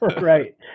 right